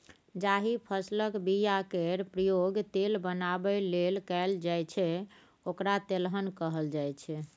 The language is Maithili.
जाहि फसलक बीया केर प्रयोग तेल बनाबै लेल कएल जाइ छै ओकरा तेलहन कहल जाइ छै